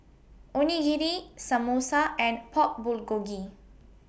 Onigiri Samosa and Pork Bulgogi